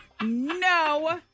No